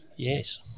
Yes